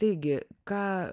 taigi ką